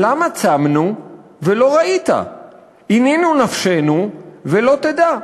"למה צמנו ולא ראית עינינו נפשנו ולא תדע".